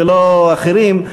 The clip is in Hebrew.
ולא אחרים,